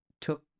took